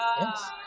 Yes